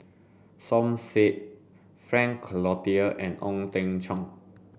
Som Said Frank Cloutier and Ong Teng Cheong